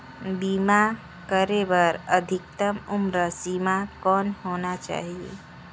बीमा करे बर अधिकतम उम्र सीमा कौन होना चाही?